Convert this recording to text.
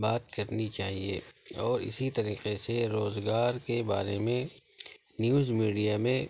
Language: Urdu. بات کرنی چاہیے اور اسی طریقے سے روزگار کے بارے میں نیوز میڈیا میں